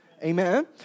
Amen